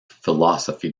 philosophy